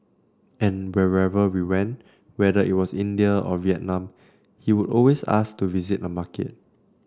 and wherever we went whether it was India or Vietnam he would always ask to visit a market